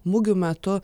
mugių metu